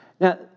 Now